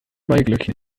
maiglöckchen